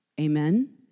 Amen